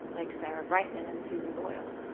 like sarah brightman and susan boyle,